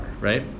right